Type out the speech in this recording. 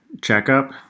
checkup